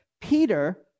Peter